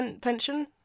Pension